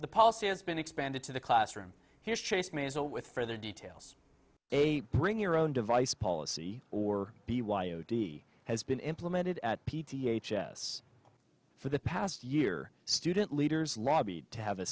the policy has been expanded to the classroom here's chase me as a with further details a bring your own device policy or b y o d has been implemented at p t h s for the past year student leaders lobbied to have a